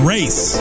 Race